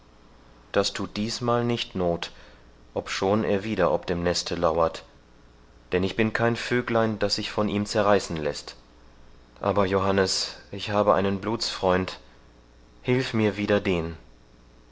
das thut dießmal nicht noth obschon er wieder ob dem neste lauert denn ich bin kein vöglein das sich von ihm zerreißen läßt aber johannes ich habe einen blutsfreund hilf mir wider den